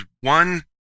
one